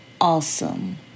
awesome